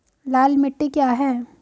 लाल मिट्टी क्या है?